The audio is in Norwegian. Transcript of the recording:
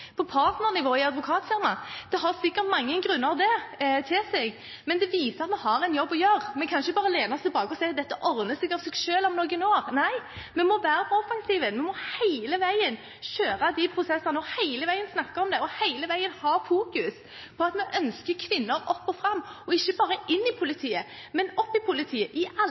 har sikkert mange grunner, men det viser at vi har en jobb å gjøre. Vi kan ikke bare lene oss tilbake og si: Dette ordner seg av seg selv om noen år. Nei, vi må være på offensiven, vi må hele veien kjøre de prosessene, hele veien snakke om det, og hele veien ha fokus på at vi ønsker kvinner opp og fram – ikke bare inn i politiet, men opp i politiet, i